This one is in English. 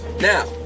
now